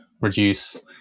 reduce